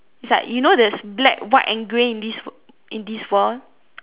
it's like you know there's black white and grey in this in this world